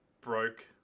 broke